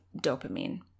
dopamine